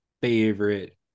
favorite